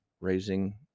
raising